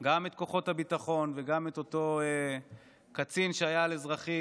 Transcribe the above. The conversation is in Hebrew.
את כוחות הביטחון ואת אותו קצין שהיה על אזרחי